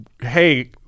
hey